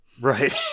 Right